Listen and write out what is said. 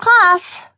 class